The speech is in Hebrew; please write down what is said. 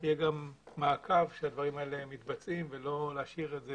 שיהיה מעקב שהדברים האלה מתבצעים ולא להשאיר את זה